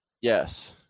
Yes